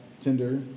Tinder